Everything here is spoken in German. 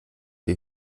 wie